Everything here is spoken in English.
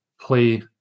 play